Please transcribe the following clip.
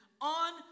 on